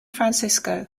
francisco